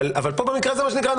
אבל במקרה הזה אנחנו יודעים,